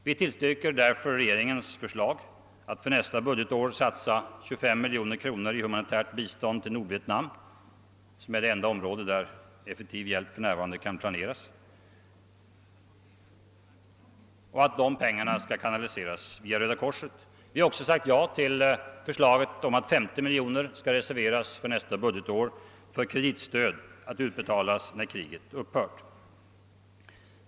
Vi tillstyrker därför regeringens förslag att det för nästa budgetår anslås 23 miljoner kronor till humanitärt stöd till Nordvietnam — som är det enda område där effektiv hjälp för närvarande kan planeras -— och att dessa pengar kanaliseras genom Röda korset. Vi har också sagt ja till förslaget om att 50 miljoner nästa budgefår skall reserveras för kreditstöd att utbetalas när kriget upphört.